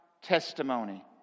testimony